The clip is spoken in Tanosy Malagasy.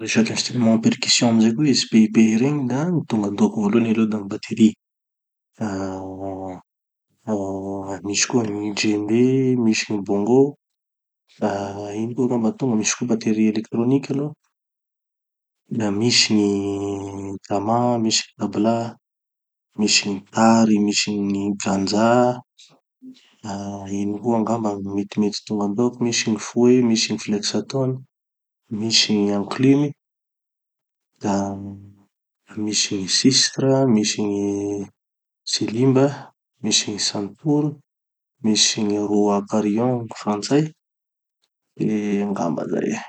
Resaky instruments à percussions amizay koa izy pehipehy regny da gny tonga andohako voalohany aloha da gny batterie. Ah ah misy koa gny djembe, misy koa gny bongo, ino koa angamba tonga, misy koa batterie éléctronique aloha, da misy gny gamma, misy gny tadla, misy gny tar, misy gny ganza, ah ino koa angamba gny mety mety tonga andohako, misy gny fouets, misy gny flexatone, misy gny anclumes, da misy gny sistres, misy gny tsilimba, misy gny sanpour, misy gny roues à parillons hoy gny frantsay, de angamba zay.